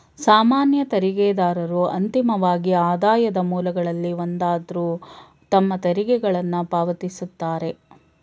ಸಾಮಾನ್ಯ ತೆರಿಗೆದಾರರು ಅಂತಿಮವಾಗಿ ಆದಾಯದ ಮೂಲಗಳಲ್ಲಿ ಒಂದಾದ್ರು ತಮ್ಮ ತೆರಿಗೆಗಳನ್ನ ಪಾವತಿಸುತ್ತಾರೆ